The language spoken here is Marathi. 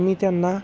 मी त्यांना